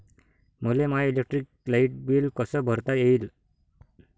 मले माय electric light bill कस भरता येईल?